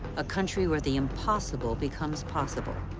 a country where the impossible becomes possible.